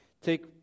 Take